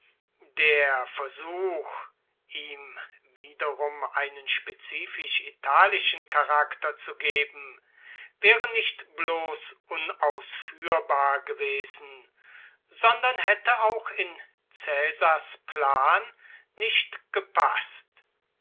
der versuch ihm wiederum einen spezifisch italischen charakter zu geben wäre nicht bloß unausführbar gewesen sondern hätte auch in caesars plan nicht gepaßt